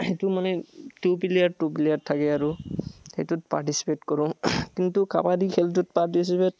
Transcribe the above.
সেইটো মানে two player two player থাকে আৰু সেইটোত পাৰ্টিচিপেট কৰোঁ কিন্তু কাবাডী খেলটোত পাৰ্টিচিপেট